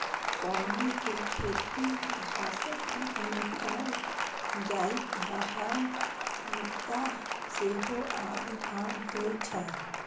कौनी के खेती घासक रूप मे कैल जाइत रहै, मुदा सेहो आब कम होइ छै